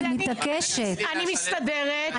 אני רוצה להגיב לעוד נתון שנזרק פה לחלל האוויר,